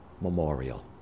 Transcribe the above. memorial